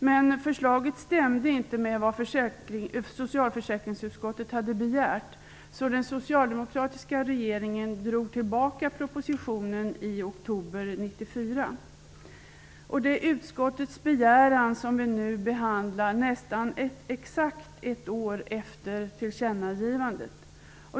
Men förslaget stämde inte överens med vad socialförsäkringsutskottet hade begärt, så den socialdemokratiska regeringen drog tillbaka propositionen i oktober 1994. Det är utskottets begäran som vi nu behandlar, nästan exakt ett år efter tillkännagivandet.